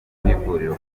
n’ivuriro